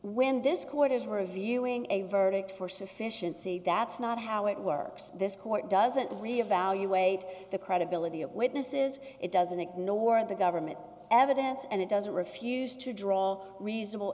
when this court is reviewing a verdict for sufficiency that's not how it works this court doesn't really evaluate the credibility of witnesses it doesn't ignore the government evidence and it doesn't refuse to draw reasonable